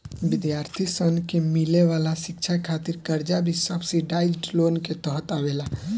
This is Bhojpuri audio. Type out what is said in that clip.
विद्यार्थी सन के मिले वाला शिक्षा खातिर कर्जा भी सब्सिडाइज्ड लोन के तहत आवेला